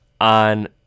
on